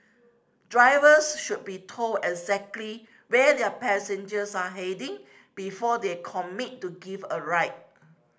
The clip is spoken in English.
drivers should be told exactly where their passengers are heading before they commit to giving a ride